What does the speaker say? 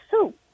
soup